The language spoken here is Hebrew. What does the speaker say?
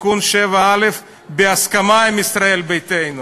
תיקון 7א, בהסכמה עם ישראל ביתנו,